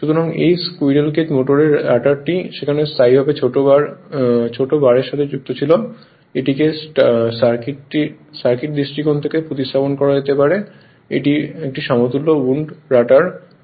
সুতরাং এই squirrel cage মোটরের রটারটি সেখানে স্থায়ীভাবে ছোট বার ছিল তাই এটিকে সার্কিট দৃষ্টিকোণ থেকে প্রতিস্থাপন করা যেতে পারে একটি সমতুল্য উন্ড রটার এ